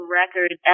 record